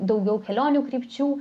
daugiau kelionių krypčių